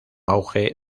auge